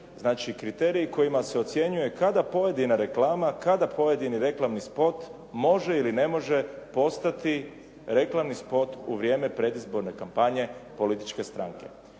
znači kriteriji kojima se ocjenjuje kada pojedina reklama, kada pojedini reklamni spot može ili ne može postati reklamni spot u vrijeme predizborne kampanje političke stranke.